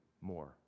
more